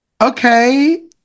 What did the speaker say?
Okay